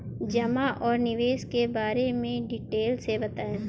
जमा और निवेश के बारे में डिटेल से बताएँ?